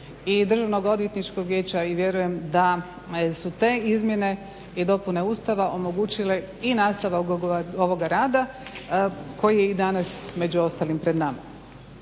Državnog odvjetničkog vijeća i vjerujem da su te izmjene i dopune Ustava omogućile i nastavak ovoga rada koji je i danas među ostalim pred nama.